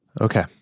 Okay